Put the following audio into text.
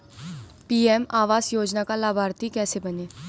PM आवास योजना का लाभर्ती कैसे बनें?